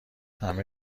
همه